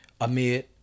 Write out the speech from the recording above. Amid